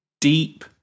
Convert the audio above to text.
deep